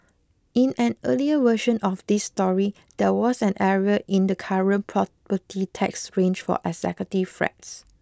in an earlier version of this story there was an error in the current property tax range for executive flats